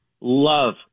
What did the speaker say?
love